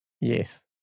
yes